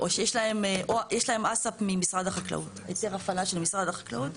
יש להם היתר הפעלה של משרד החקלאות.